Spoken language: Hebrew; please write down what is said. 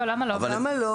למה לא?